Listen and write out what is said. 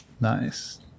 Nice